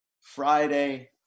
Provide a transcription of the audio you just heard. Friday